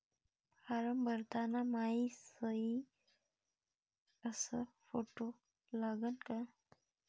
Form भरताना मायी सयी अस फोटो लागन का?